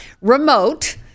remote